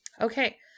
Okay